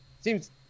seems